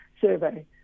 survey